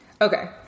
Okay